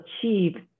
achieve